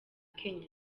kenya